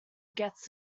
gets